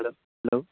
yes hello